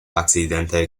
accidente